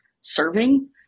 serving